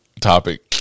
topic